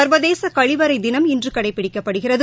சா்வதேசகழிவறைதினம் இன்றுகடைபிடிக்கப்படுகிறது